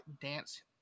dance